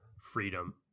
freedom